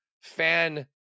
fan